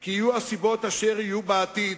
כי יהיו הסיבות אשר יהיו בעתיד,